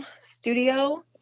Studio